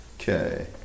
Okay